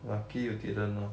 lucky you didn't lor